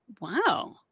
Wow